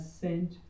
sent